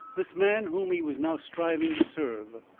this man whom he was now striving to serve.